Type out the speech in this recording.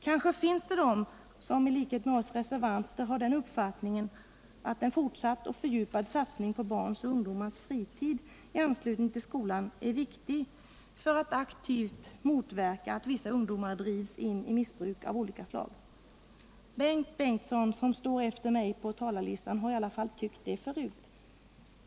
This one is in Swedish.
Kanske finns det de som i likhet med oss reservanter har den uppfattningen att en fortsatt och fördjupad satsning på barns och ungdomars fritid i anslutning till skolan är viktig för att aktivt motverka att vissa ungdomar drivs in i missbruk av olika slag. Bengt Bengtsson, som står efter mig på talarlistan, har i alla fall tyckt det förut.